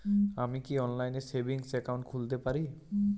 আমি কি অনলাইন এ সেভিংস অ্যাকাউন্ট খুলতে পারি?